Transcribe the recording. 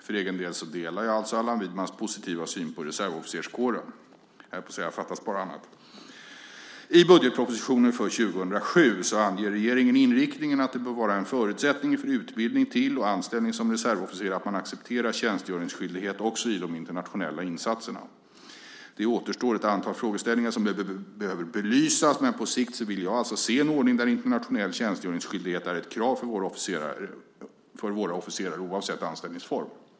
För egen del delar jag alltså Allan Widmans positiva syn på reservofficerskåren - fattas bara annat, höll jag på att säga. I budgetpropositionen för 2007 anger regeringen inriktningen att det bör vara en förutsättning för utbildning till och anställning som reservofficer att man accepterar tjänstgöringsskyldighet också i de internationella insatserna. Det återstår ett antal frågeställningar som behöver belysas, men på sikt vill jag alltså se en ordning där internationell tjänstgöringsskyldighet är ett krav för våra officerare, oavsett anställningsform.